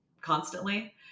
constantly